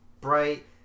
bright